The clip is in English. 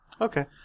Okay